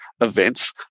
events